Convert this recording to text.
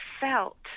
felt